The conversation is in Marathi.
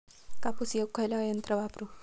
कापूस येचुक खयला यंत्र वापरू?